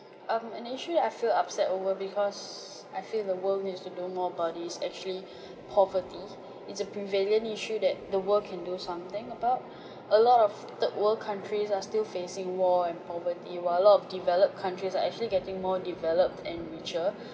um an issue that I feel upset over because I feel the world needs to do more about is actually poverty it's a prevalent issue that the world can do something about a lot of third world countries are still facing war and poverty while a lot of developed countries are actually getting more developed and richer